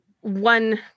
one